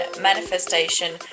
manifestation